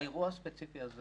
האירוע הספציפי הזה